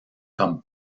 comme